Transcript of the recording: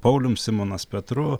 paulium simonas petru